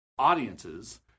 Audiences